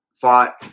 fought